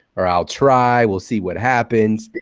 or i'll try. we'll see what happens.